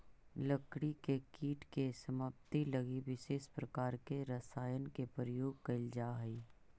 लकड़ी के कीट के समाप्ति लगी विशेष प्रकार के रसायन के प्रयोग कैल जा हइ